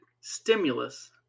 stimulus